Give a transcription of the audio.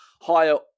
higher